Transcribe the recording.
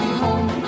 home